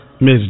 Miss